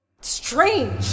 strange